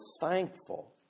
thankful